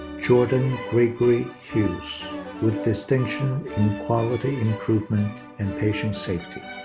jordan gregory hughes with distinction in quality improvement and patient safety.